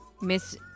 Miss